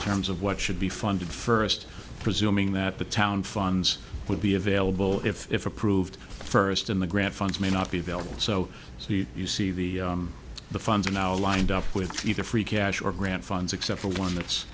terms of what should be funded first presuming that the town funds would be available if if approved first in the grant funds may not be available so so you you see the the funds are now lined up with either free cash or grant funds except for one that's